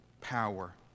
power